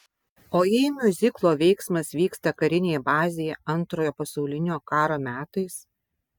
o jei miuziklo veiksmas vyksta karinėje bazėje antrojo pasaulinio karo metais